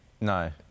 No